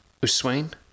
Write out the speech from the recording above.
Uswain